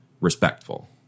respectful